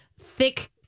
thick